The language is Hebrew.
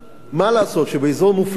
מה לעשות שבאזור המופלא הזה,